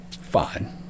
Fine